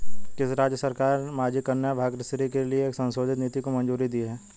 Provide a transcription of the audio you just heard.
किस राज्य सरकार ने माझी कन्या भाग्यश्री के लिए एक संशोधित नीति को मंजूरी दी है?